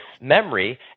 memory